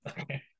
Okay